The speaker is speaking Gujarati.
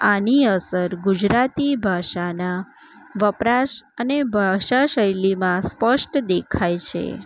આની અસર ગુજરાતી ભાષાના વપરાશ અને ભાષા શૈલીમાં સ્પષ્ટ દેખાય છે